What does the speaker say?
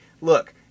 look